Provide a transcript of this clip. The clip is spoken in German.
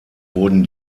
wurden